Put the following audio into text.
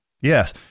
Yes